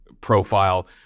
profile